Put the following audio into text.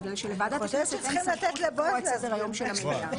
בגלל שלוועדת הכנסת אין סמכות לקבוע את סדר-היום של המליאה.